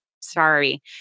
sorry